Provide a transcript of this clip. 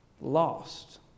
lost